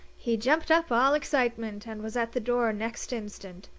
he jumped up all excitement, and was at the door next instant.